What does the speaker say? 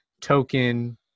token